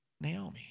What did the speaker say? Naomi